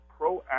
proactive